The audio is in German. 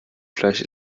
fleisch